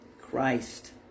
Christ